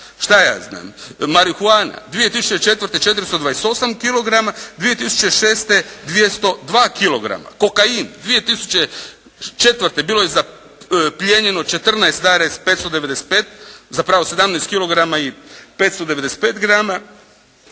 Šta ja znam. Marihuana, 2004. 428 kilograma, 2006. 202 kilograma. Kokain, 2004. bilo je zaplijenjeno 14,595, zapravo 17 kilograma